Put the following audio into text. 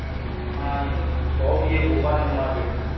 यह अपना शॉप यह भोपाल न्यू मार्केट में है